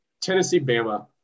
Tennessee-Bama